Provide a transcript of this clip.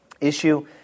issue